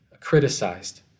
criticized